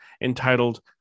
entitled